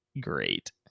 great